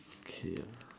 okay